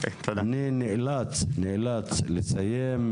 אני נאלץ לסיים,